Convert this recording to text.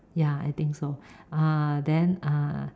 ya I think so uh then uh